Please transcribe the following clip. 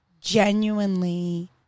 genuinely